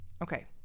Okay